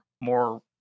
more